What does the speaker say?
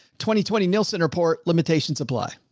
twenty twenty nielsen report limitation supply.